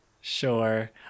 sure